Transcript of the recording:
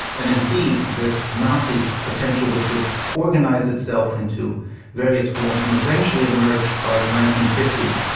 and indeed this nazi potential which would organise itself into various forms and eventually emerge by the nineteen fifty s,